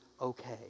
okay